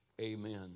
amen